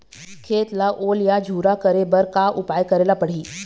खेत ला ओल या झुरा करे बर का उपाय करेला पड़ही?